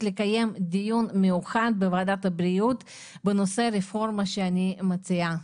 לקיים דיון מיוחד בוועדת הבריאות בנושא הרפורמה שאני מציעה